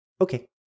Okay